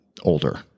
older